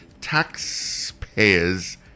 taxpayers